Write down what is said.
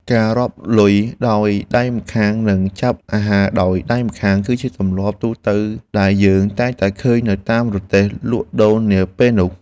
ការរាប់លុយដោយដៃម្ខាងនិងចាប់អាហារដោយដៃម្ខាង គឺជាទម្លាប់ទូទៅដែលយើងតែងតែឃើញនៅតាមរទេះលក់ដូរនាពេលនោះ។